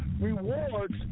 rewards